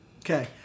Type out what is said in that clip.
Okay